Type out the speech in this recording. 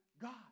God